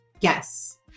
Yes